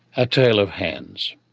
a tale of hands.